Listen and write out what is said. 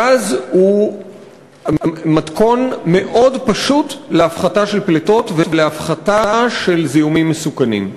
גז הוא מתכון מאוד פשוט להפחתה של פליטות ולהפחתה של זיהומים מסוכנים.